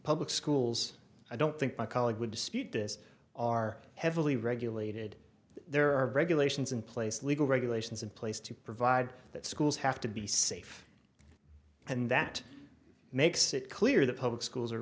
public schools i don't think my colleague would dispute this are heavily regulated there are regulations in place legal regulations in place to provide that schools have to be safe and that makes it clear that public schools are